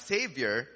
Savior